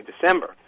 December